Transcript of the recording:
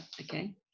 Okay